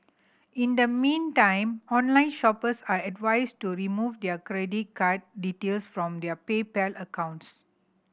in the meantime online shoppers are advised to remove their credit card details from their PayPal accounts